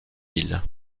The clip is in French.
îles